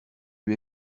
lui